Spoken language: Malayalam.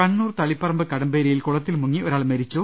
കണ്ണൂർ തളിപ്പറമ്പ് കടമ്പേരിയിൽ കുളത്തിൽ മുങ്ങി ഒരാൾ മരി ച്ചു